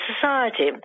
society